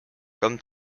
comme